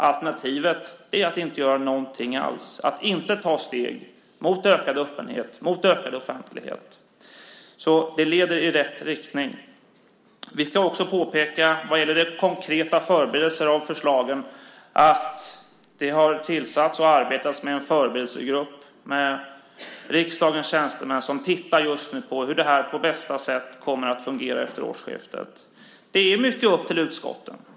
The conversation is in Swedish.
Alternativet är att inte göra någonting alls, att inte ta steg mot ökad öppenhet och ökad offentlighet. Det här leder i rätt riktning. Jag ska också påpeka vad gäller den konkreta förberedelsen av förslagen att det har tillsatts och arbetats med en förberedelsegrupp med riksdagens tjänstemän som just nu tittar på hur det här på bästa sätt kommer att fungera efter årsskiftet. Det är mycket upp till utskotten.